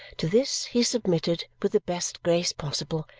to this he submitted with the best grace possible,